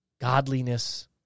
Godliness